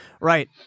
Right